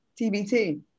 TBT